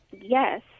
yes